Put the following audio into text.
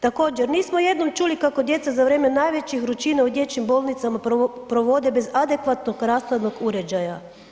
Također, nismo jednom čuli kako za djeca za vrijeme najvećih vrućina u dječjim bolnicama provode bez adekvatnog rashladnog uređaja.